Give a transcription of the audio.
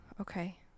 okay